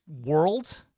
world